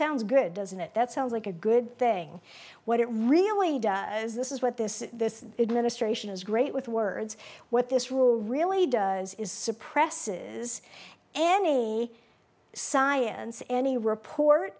sounds good doesn't it that sounds like a good thing what it really is this is what this is this administration is great with words what this rule really does is suppresses and a science any report